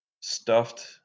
stuffed